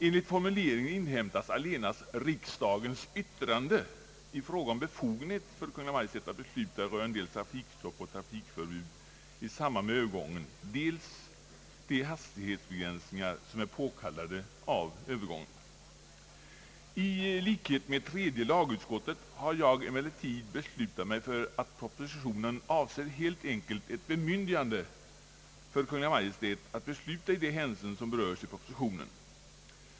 Enligt formuleringen inhämtas allenast riksdagens yttrande i fråga om befogenhet för Kungl. Maj:t att besluta rörande dels trafikstopp och trafikförbud i samband med övergången, dels de hastighetsbegränsningar som är påkallade av övergången. I likhet med tredje lagutskottet har jag emellertid beslutat mig för att propositionen helt enkelt avser ett bemyndigande för Kungl. Maj:t att besluta i de hänseenden som berörs i propositionen.